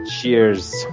Cheers